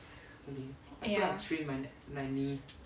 ya